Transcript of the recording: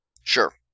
Sure